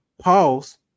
Pause